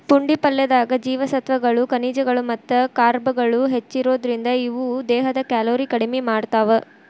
ಪುಂಡಿ ಪಲ್ಲೆದಾಗ ಜೇವಸತ್ವಗಳು, ಖನಿಜಗಳು ಮತ್ತ ಕಾರ್ಬ್ಗಳು ಹೆಚ್ಚಿರೋದ್ರಿಂದ, ಇವು ದೇಹದ ಕ್ಯಾಲೋರಿ ಕಡಿಮಿ ಮಾಡ್ತಾವ